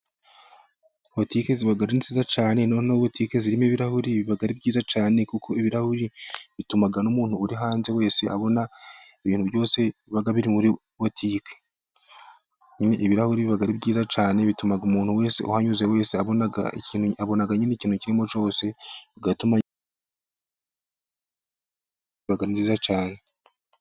Botike ziba ni nziza cyane, noneho botike zirimo ibirahuri biba ari byiza cyane, kuko ibirahuri bituma uri hanze wese abona ibintu biri muri botike, ibirahuri biba ari byiza cyane bituma umuntu wese uhanyuze wese abona ikintu kirimo cyose bituma ahaha iba ari nziza cyane.